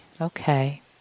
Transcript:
okay